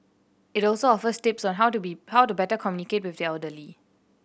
it also offers tips on how to be how to better communicate with the elderly